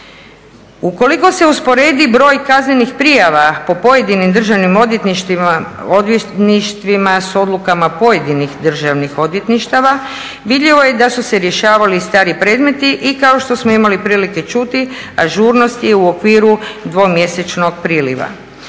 Ukoliko se usporedi broj kaznenih prijava po pojedinim državnim odvjetništvima s odlukama pojedinih državnih odvjetništava, vidljivo je da su se rješavali stari predmeti i kao što smo imali prilike čuti, ažurnost je u okviru dvomjesečnog priliva.